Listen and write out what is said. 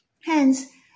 Hence